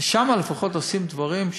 ושם לפחות עושים דברים,